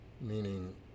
meaning